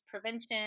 prevention